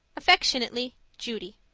affectionately, judy